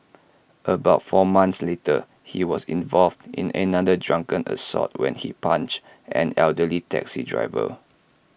about four months later he was involved in another drunken assault when he punched an elderly taxi driver